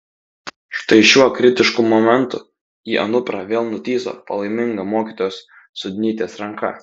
štai šiuo kritišku momentu į anuprą vėl nutįso palaiminga mokytojos sudnytės ranka